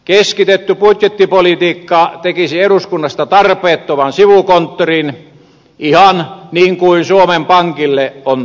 keskitetty budjettipolitiikka tekisi eduskunnasta tarpeettoman sivukonttorin ihan niin kuin suomen pankille on tapahtunut